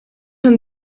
een